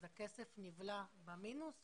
אז הכסף נבלע במינוס,